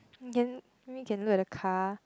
can maybe can look at the car